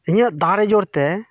ᱤᱧᱟᱹᱜ ᱫᱟᱲᱮ ᱡᱳᱨ ᱛᱮ